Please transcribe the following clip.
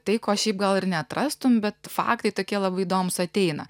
tai ko šiaip gal ir neatrastum bet faktai tokie labai įdomūs ateina